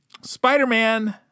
Spider-Man